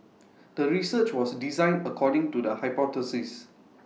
the research was designed according to the hypothesis